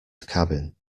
cabin